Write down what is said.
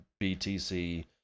BTC